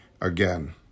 Again